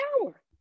power